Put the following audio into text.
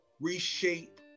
reshape